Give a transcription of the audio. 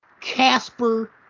Casper